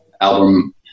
album